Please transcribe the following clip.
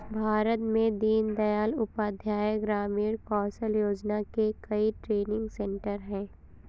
भारत में दीन दयाल उपाध्याय ग्रामीण कौशल योजना के कई ट्रेनिंग सेन्टर है